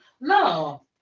No